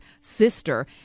sister